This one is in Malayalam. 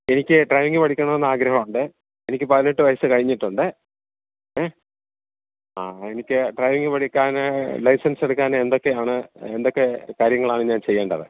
എനിക്ക് ഡ്രൈവിംഗ് പഠിക്കണമെന്ന് ആഗ്രഹമുണ്ട് എനിക്ക് പതിനെട്ട് വയസ്സ് കഴിഞ്ഞിട്ടുണ്ട് ഏ ആ എനിക്ക് ഡ്രൈവിംഗ് പഠിക്കാന് ലൈസൻസ് എടുക്കാന് എന്തൊക്കെയാണ് എന്തൊക്കെ കാര്യങ്ങളാണ് ഞാൻ ചെയ്യേണ്ടത്